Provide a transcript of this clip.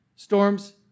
Storms